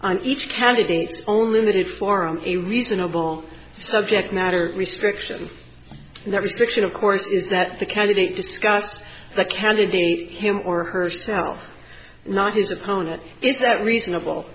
for each candidate's own limited forum a reasonable subject matter restriction and that restriction of course is that the candidate discussed the candidate him or herself not his opponent is that reasonable